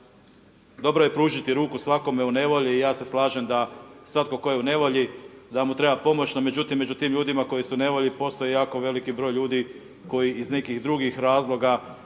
dobro je pružiti ruku svakome u nevolji i ja se slažem da svatko tko je u nevolji da mu treba pomoći. Međutim, među tim ljudima koji su u nevolji postoji jako veliki broj ljudi koji iz nekih drugih razloga